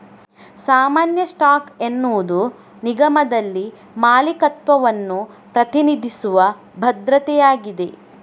ಸಾಮಾನ್ಯ ಸ್ಟಾಕ್ ಎನ್ನುವುದು ನಿಗಮದಲ್ಲಿ ಮಾಲೀಕತ್ವವನ್ನು ಪ್ರತಿನಿಧಿಸುವ ಭದ್ರತೆಯಾಗಿದೆ